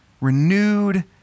renewed